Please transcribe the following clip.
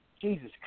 Jesus